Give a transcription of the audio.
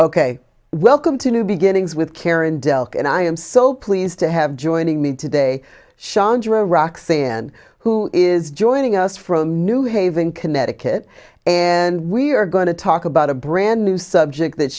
ok welcome to new beginnings with karen delk and i am so pleased to have joining me today shondra roxanne who is joining us from new haven connecticut and we're going to talk about a brand new subject that